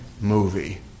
movie